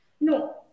No